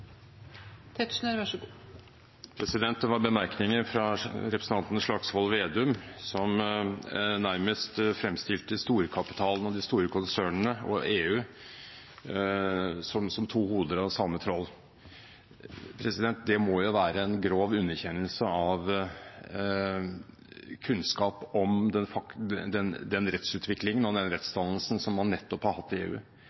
Det gjelder bemerkninger fra representanten Slagsvold Vedum, som nærmest fremstilte storkapitalen, de store konsernene og EU som to hoder av samme troll. Det må jo være en grov underkjennelse av kunnskap om den rettsutvikling og den